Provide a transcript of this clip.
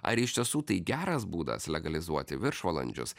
ar iš tiesų tai geras būdas legalizuoti viršvalandžius